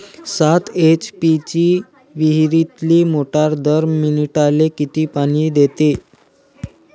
सात एच.पी ची विहिरीतली मोटार दर मिनटाले किती पानी देते?